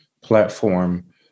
platform